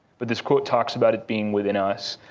but this quote talks about it being within us.